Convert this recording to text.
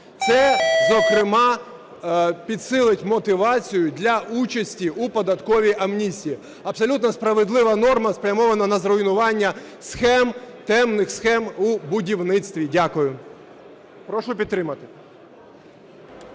Це зокрема підсилить мотивацію для участі у податковій амністії. Абсолютно справедлива норма спрямована на зруйнування схем, темних схем у будівництві. Дякую. Прошу підтримати.